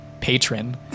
patron